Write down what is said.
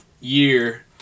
year